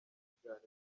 ikiganiro